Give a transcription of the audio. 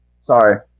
Sorry